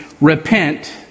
Repent